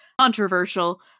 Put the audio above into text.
controversial